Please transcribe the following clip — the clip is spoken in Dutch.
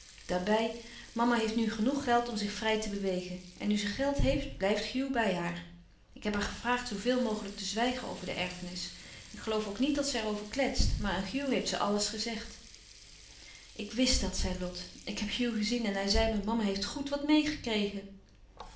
daarbij mama heeft nu genoeg geld om zich vrij te bewegen en nu ze geld heeft blijft hugh bij haar ik had haar gevraagd zoo veel mogelijk te zwijgen over de erfenis ik geloof ook niet dat ze er over kletst maar aan hugh heeft ze alles gezegd ik wist dat zei lot ik heb hugh gezien en hij zei me mama heeft goed wat